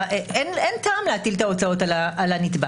אין טעם להטיל את ההוצאות על הנתבע.